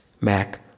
Mac